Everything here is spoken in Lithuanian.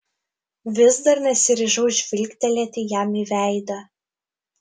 vis dar nesiryžau žvilgtelėti jam į veidą